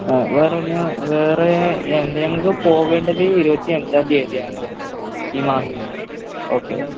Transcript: ആ വേറൊന്ന് വേറെ എന്താണ് ഞങ്ങള്ക്ക് പോകേണ്ടത് ഇരുപത്തിയഞ്ചാം തീയതിയാണ് ഈ മാസം ഓക്കെ